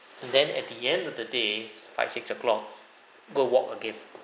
and then at the end of the day five six o'clock go walk again